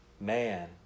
Man